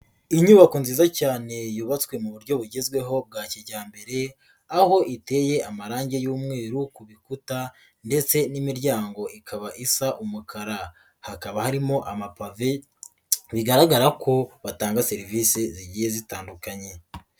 Inyubako nziza cyane yubatswe mu buryo bugezweho bwa kijyambere, aho iteye amarangi y'umweru ku bikuta ndetse n'imiryango ikaba isa umukara. Hakaba harimo amapave, bigaragara ko batanga serivisi zigiye zitandukanye.